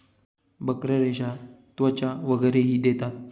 बकऱ्या रेशा, त्वचा वगैरेही देतात